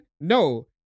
No